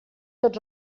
tots